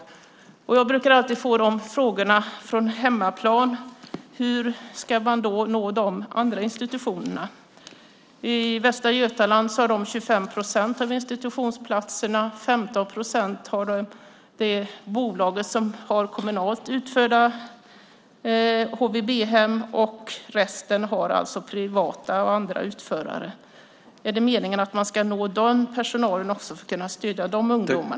På hemmaplan brukar jag få frågor om hur man ska nå de andra institutionerna. I Västra Götaland har de 25 procent av institutionsplatserna. 15 procent har det bolag som har kommunala HVB-hem. Resten har privata och andra utförare. Är det meningen att man ska nå den personalen också för att kunna stödja dessa ungdomar?